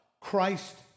Christ